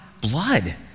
blood